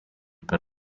per